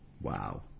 Wow